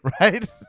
right